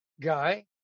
guy